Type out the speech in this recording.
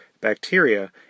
bacteria